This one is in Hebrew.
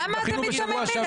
למה אתם מיתממים?